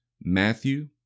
Matthew